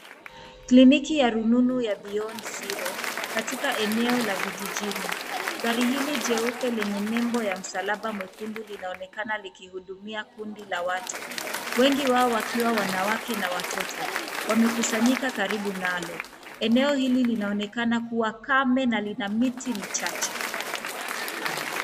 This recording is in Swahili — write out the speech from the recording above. Kliniki ya rununu ya beyond zero katika eneo la vijijini. Gari hili jeupe lenye nembo ya msalaba mwekundu linaonekana likihudumia kundi la watu. Wengi wao wakiwa wanawake na watoto. Wamekusanyika karibu nalo. Eneo hili linaonekana kuwa kame, na lina miti michache.